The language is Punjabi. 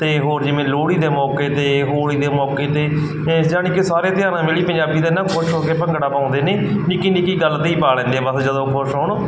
ਅਤੇ ਹੋਰ ਜਿਵੇਂ ਲੋਹੜੀ ਦੇ ਮੌਕੇ 'ਤੇ ਹੌਲੀ ਦੇ ਮੌਕੇ 'ਤੇ ਇਸ ਯਾਨੀ ਕੇ ਸਾਰੇ ਤਿਉਹਾਰਾਂ ਵੇਲੇ ਹੀ ਪੰਜਾਬੀ ਦਾ ਨਾਂ ਖੁਸ਼ ਹੋ ਕੇ ਭੰਗੜਾ ਪਾਉਂਦੇ ਨੇ ਨਿੱਕੀ ਨਿੱਕੀ ਗੱਲ 'ਤੇ ਹੀ ਪਾ ਲੈਂਦੇ ਆ ਬਸ ਜਦੋਂ ਖੁਸ਼ ਹੋਣ